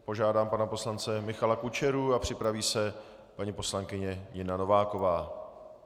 Požádám pana poslance Michala Kučeru a připraví se paní poslankyně Nina Nováková.